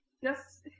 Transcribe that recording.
Yes